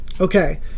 Okay